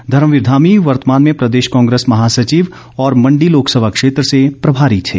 धर्मवीर धामी वर्तमान में प्रदेश कांग्रेस महासचिव और मंडी लोकसभा क्षेत्र से प्रभारी थे